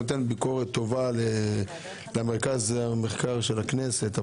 אני נותן ביקורת טובה למרכז המחקר של הכנסת.